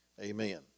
amen